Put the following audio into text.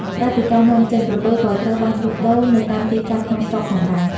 ក្រៅពីការនាំចេញ ក្រពើក៏ត្រូវបានលក់ដូរនៅតាមទីផ្សារក្នុងស្រុកផងដែរ។